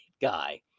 guy